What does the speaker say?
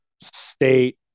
State